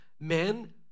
Men